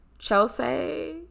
Chelsea